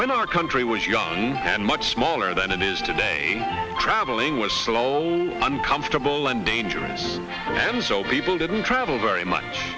when our country was young and much smaller than it is today traveling was slow uncomfortable and dangerous and so people didn't travel very much